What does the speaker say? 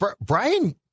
Brian